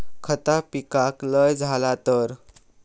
खता पिकाक लय झाला तर?